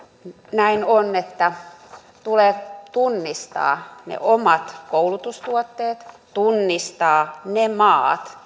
näin on että tulee tunnistaa ne omat koulutustuotteet tunnistaa ne maat